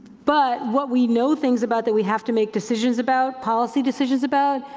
but what we know things about that we have to make decisions about, policy decisions about,